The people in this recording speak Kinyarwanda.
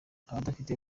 abadafite